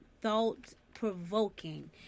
thought-provoking